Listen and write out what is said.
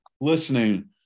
listening